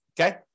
Okay